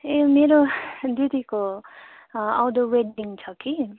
ए मेरो दिदीको आउँदो वेडिङ छ कि